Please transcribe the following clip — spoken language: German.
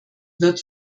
wird